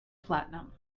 platinum